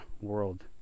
world